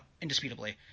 indisputably